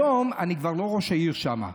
היום אני כבר לא ראש עירייה שם,